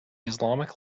islamic